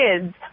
kids